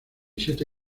siete